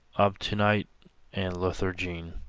obtundite and lethargine,